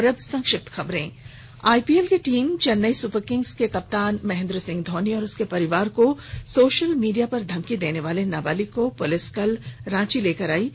और अब संक्षिप्त खबरें आपीएल की टीम चेनई सुपरकिंग्स के कप्तान महेंद्र सिंह धौनी और उसके परिवार को सोशल मीडिया पर धमकी देनेवाले नाबालिग को पुलिस कल रांची लायी थी